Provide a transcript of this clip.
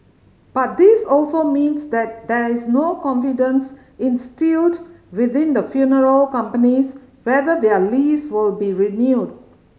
but this also means that there is no confidence instilled within the funeral companies whether their lease will be renewed